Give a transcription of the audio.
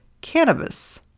cannabis